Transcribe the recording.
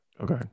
okay